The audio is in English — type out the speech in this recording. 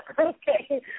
Okay